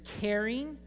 caring